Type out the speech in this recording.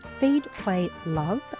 feedplaylove